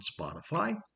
Spotify